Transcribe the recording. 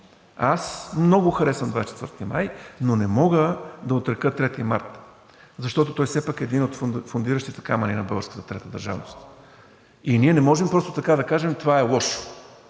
Аз много харесвам 24 май, но не мога да отрека Трети март, защото той все пак е един от фондиращите камъни на българската трета държавност и ние не може просто така да кажем: това е лошо.